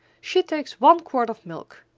she takes one quart of milk.